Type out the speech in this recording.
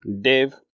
Dave